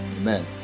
amen